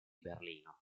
berlino